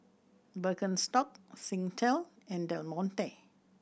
Birkenstock Singtel and Del Monte